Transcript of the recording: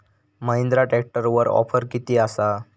महिंद्रा ट्रॅकटरवर ऑफर किती आसा?